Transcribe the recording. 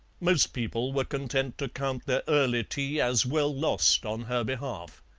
most people were content to count their early tea as well lost on her behalf.